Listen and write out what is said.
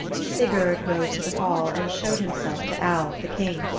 sigurd rode to the hall and showed himself to alv, the king,